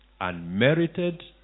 Unmerited